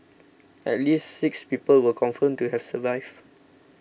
at least six people were confirmed to have survived